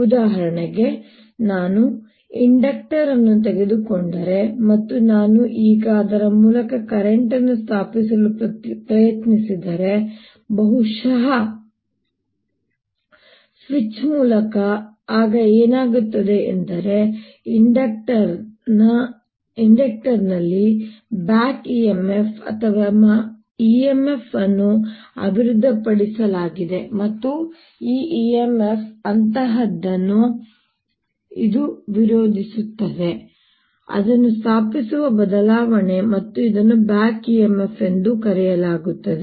ಉದಾಹರಣೆಗೆ ನಾನು ಇಂಡಕ್ಟರ್ ಅನ್ನು ತೆಗೆದುಕೊಂಡರೆ ಮತ್ತು ನಾನು ಈಗ ಅದರ ಮೂಲಕ ಕರೆಂಟ್ ಅನ್ನು ಸ್ಥಾಪಿಸಲು ಪ್ರಯತ್ನಿಸಿದರೆ ಬಹುಶಃ ಸ್ವಿಚ್ ಮೂಲಕ ಆಗ ಏನಾಗುತ್ತದೆ ಎಂದರೆ ಇಂಡಕ್ಟರ್ ನ ಲ್ಲಿ back EMF ಅಥವಾ EMF ಅನ್ನು ಅಭಿವೃದ್ಧಿಪಡಿಸಲಾಗಿದೆ ಮತ್ತು ಈ EMF ಅಂತಹದನ್ನು ಇದು ವಿರೋಧಿಸುತ್ತದೆ ಅದನ್ನು ಸ್ಥಾಪಿಸುವ ಬದಲಾವಣೆ ಮತ್ತು ಇದನ್ನು BACK EMF ಎಂದೂ ಕರೆಯಲಾಗುತ್ತದೆ